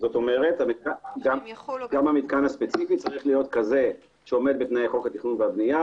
כלומר גם המתקן הספציפי צריך להיות כזה שעומד בתנאי חוק התכנון והבנייה,